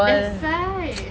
that's why